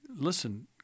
Listen